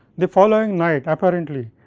the following night apparently,